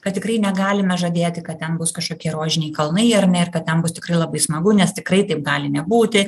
kad tikrai negalime žadėti kad ten bus kažkokie rožiniai kalnai ar ne ir kad ten bus tikrai labai smagu nes tikrai taip gali nebūti